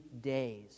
days